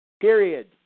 Period